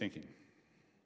thinking